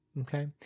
Okay